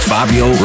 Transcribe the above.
Fabio